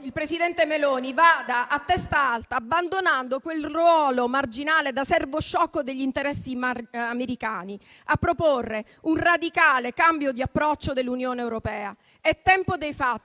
Il presidente Meloni vada a testa alta, abbandonando quel ruolo marginale, da servo sciocco degli interessi americani, a proporre un radicale cambio di approccio dell'Unione europea. È il tempo dei fatti,